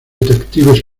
detectives